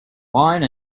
wine